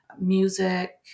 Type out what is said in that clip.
music